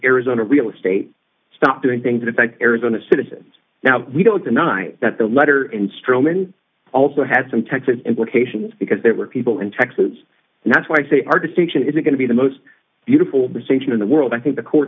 arizona real estate stop doing things that arizona citizens now we don't deny that the letter instrument also had some texas implications because there were people in texas and that's why i say our distinction is going to be the most beautiful decision in the world i think the court